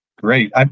Great